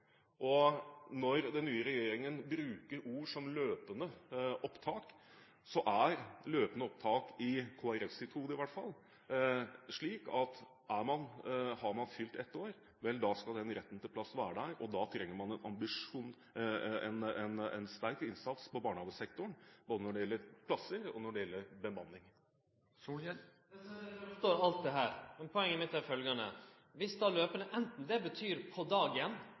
Når den nye regjeringen bruker ord som «løpende opptak», er løpende opptak i Kristelig Folkepartis hode i hvert fall slik at har man fylt ett år, skal retten til plass være der, og da trenger man en sterk innsats på barnehagesektoren både når det gjelder plasser, og når det gjelder bemanning. Eg trur eg forstår alt det, men poenget mitt er følgjande: Anten løpande betyr på dagen eller på uka eller på månaden eller kva det betyr,